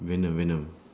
venom venom